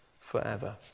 forever